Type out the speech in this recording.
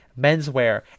menswear